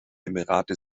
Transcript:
emirate